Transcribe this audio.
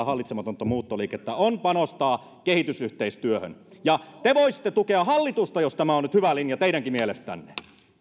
hallitsematonta muuttoliikettä on panostaa kehitysyhteistyöhön ja te voisitte tukea hallitusta jos tämä on nyt hyvä linja teidänkin mielestänne